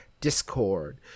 Discord